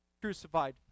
crucified